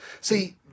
See